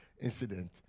incident